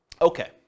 Okay